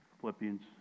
Philippians